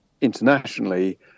internationally